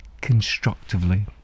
constructively